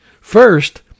First